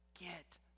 get